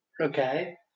Okay